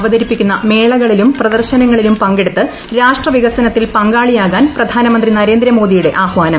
അവതരിപ്പിക്കുന്ന മേളകളിലും പ്രദർശനങ്ങളിലും പങ്കെടുത്ത് രാഷ്ട്ര വികസനത്തിൽ പങ്കാളിയാകാൻ പ്രധാനമന്ത്രി നരേന്ദ്രമോദിയുടെ ആഹ്വാനം